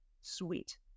Sweet